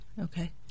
Okay